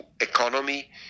economy